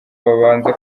babanza